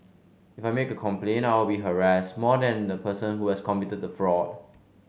if I make a complaint I will be harassed more than the person who has committed the fraud